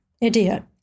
idiot